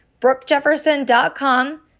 brookjefferson.com